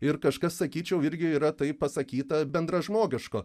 ir kažkas sakyčiau irgi yra tai pasakyta bendražmogiško